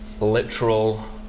literal